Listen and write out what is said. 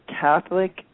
Catholic